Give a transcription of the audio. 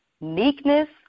meekness